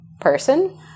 person